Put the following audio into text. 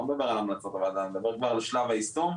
לא מדבר על המלצות אני מדבר כבר על שלב היישום,